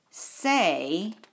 Say